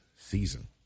season